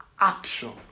action